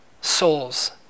souls